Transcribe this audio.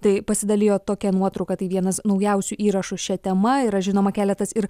tai pasidalijo tokia nuotrauka tai vienas naujausių įrašų šia tema yra žinoma keletas ir